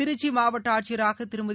திருக்சி மாவட்ட ஆட்சியராக திருமதி